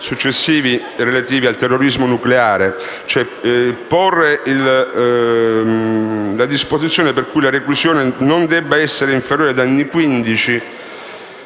successivi sul terrorismo nucleare. Porre la disposizione per cui la reclusione non debba essere inferiore a 15 anni,